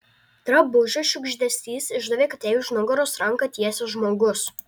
drabužio šiugždesys išdavė kad jai už nugaros ranką tiesia žmogus